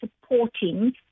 supporting